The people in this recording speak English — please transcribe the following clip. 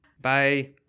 Bye